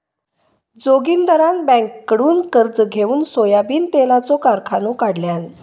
जोगिंदरान बँककडुन कर्ज घेउन सोयाबीन तेलाचो कारखानो काढल्यान